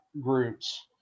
groups